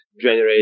generate